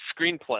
screenplay